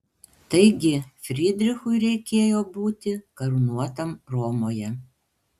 taigi frydrichui reikėjo būti karūnuotam romoje